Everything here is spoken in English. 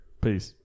peace